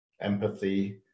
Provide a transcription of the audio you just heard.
empathy